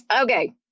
Okay